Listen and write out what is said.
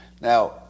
Now